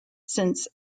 since